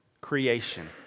creation